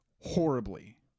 horribly